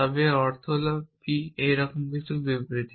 তবে এর অর্থ হল p এইরকম কিছু বিবৃতি